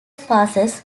passes